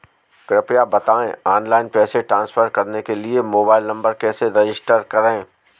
कृपया बताएं ऑनलाइन पैसे ट्रांसफर करने के लिए मोबाइल नंबर कैसे रजिस्टर करें?